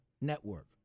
network